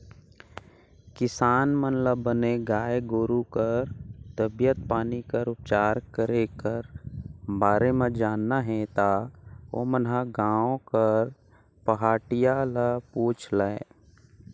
किसान मन ल बने गाय गोरु कर तबीयत पानी कर उपचार करे कर बारे म जानना हे ता ओमन ह गांव कर पहाटिया ल पूछ लय